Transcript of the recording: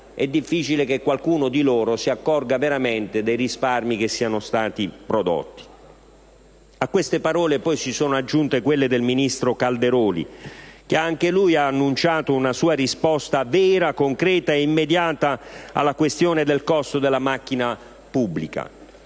è difficile che qualcuno si accorga veramente dei risparmi che sono stati prodotti. A queste parole poi si sono aggiunte quelle del ministro Calderoli che, anche lui, ha annunciato una sua risposta vera, concreta e immediata alla questione del costo della macchina pubblica.